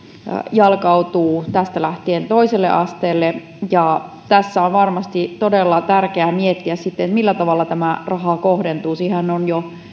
jalkautuu tästä lähtien toiselle asteelle ja tässä on varmasti todella tärkeää sitten miettiä millä tavalla tämä raha kohdentuu siihenhän on jo